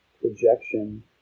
projection